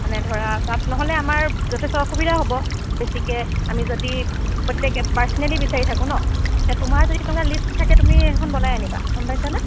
মানে ধৰা তাত নহ'লে আমাৰ যথেষ্ট অসুবিধা হ'ব বেছিকৈ আমি যদি প্ৰত্যেকে পাৰ্চনেলি বিচাৰি থাকোঁ ন তেতিয়া তোমাৰ যদি এনেকুৱা লিষ্ট থাকে তুমি সেইখন বনাই আনিবা গম পাইছানে